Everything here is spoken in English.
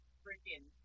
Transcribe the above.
freaking